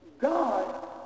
God